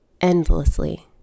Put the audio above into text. endlessly